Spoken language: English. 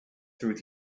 through